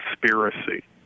conspiracy